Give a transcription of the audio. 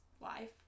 life